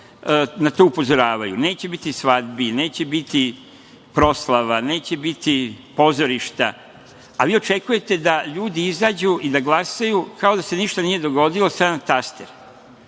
na to upozoravaju, neće biti svadbi, neće biti proslava, neće biti pozorišta, a vi očekujete da ljudi izađu i da glasaju kao da se ništa nije dogodilo, sve na taster.